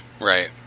Right